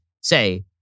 say